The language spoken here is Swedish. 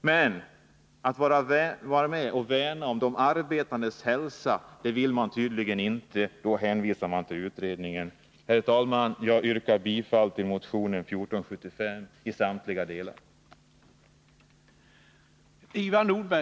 Men när det gäller att vara med och värna om de arbetandes hälsa, då vill man tydligen inte vara med. Då hänvisar man till utredningen. Herr talman! Jag yrkar bifall till motion 1475 i samtliga delar.